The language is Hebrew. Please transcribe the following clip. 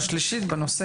התשפ"ג.